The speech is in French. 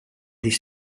des